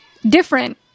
Different